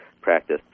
practice